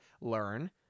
learn